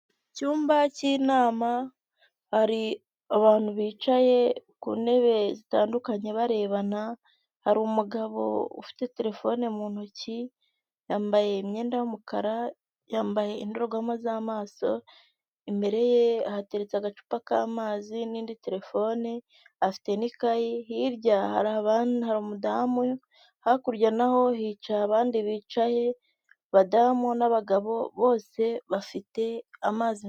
Icyumba cy'inama, hari abantu bicaye ku ntebe zitandukanye barebana, hari umugabo ufite telefone mu ntoki, yambaye imyenda y'umukara, yambaye indorerwamo z'amaso, imbere ye hahateretse agacupa k'amazi n'indi terefone afite ikayi, hirya hari umudamu, hakurya naho hicaye abandi bicaye ,abadamu n'abagabo bose bafite amazi...